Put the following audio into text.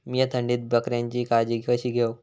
मीया थंडीत बकऱ्यांची काळजी कशी घेव?